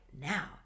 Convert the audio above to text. now